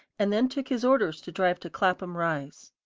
and then took his orders to drive to clapham rise.